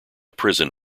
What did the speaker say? prison